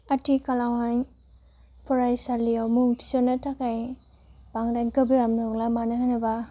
आथिखालावहाय फरायसालियाव मुं थिसननो थाखाय बांद्राय गोब्राब नंला मानो होनोब्ला